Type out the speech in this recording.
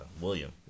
William